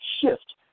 shift